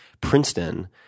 Princeton